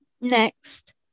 next